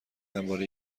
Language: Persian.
همواره